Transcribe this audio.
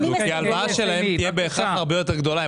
כי ההלוואה שלהם תהיה בהכרח הרבה יותר גדולה.